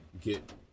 get